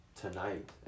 tonight